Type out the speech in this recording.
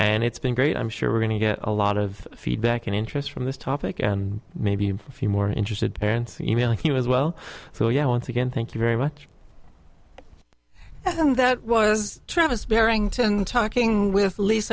and it's been great i'm sure we're going to get a lot of feedback in interest from this topic and maybe a few more interested parents like you as well so yeah once again thank you very much that was travis barrington talking with l